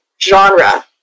genre